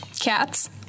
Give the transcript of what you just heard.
Cats